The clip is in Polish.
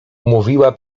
mówiła